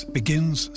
begins